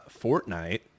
Fortnite